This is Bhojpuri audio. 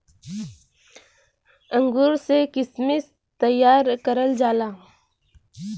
अंगूर से किशमिश तइयार करल जाला